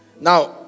Now